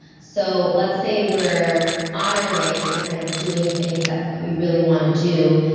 so let's say we're on our way to kind of doing things that we really want to do,